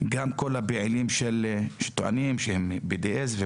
כל הפעילים שטוענים שהם BDS,